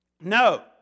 No